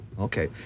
Okay